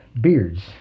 beards